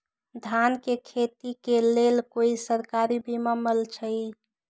धान के खेती के लेल कोइ सरकारी बीमा मलैछई?